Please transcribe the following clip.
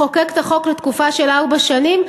לחוקק את החוק לתקופה של ארבע שנים,